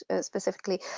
specifically